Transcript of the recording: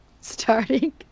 Starting